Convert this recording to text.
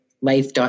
life